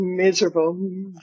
miserable